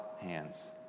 hands